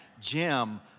Jim